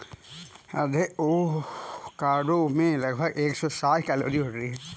आधे एवोकाडो में लगभग एक सौ साठ कैलोरी होती है